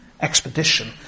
expedition